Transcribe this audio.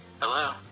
Hello